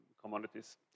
commodities